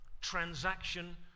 Transaction